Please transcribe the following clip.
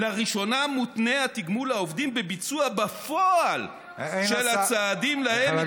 "לראשונה מותנה התגמול לעובדים בביצוע בפועל של הצעדים להם התחייבו,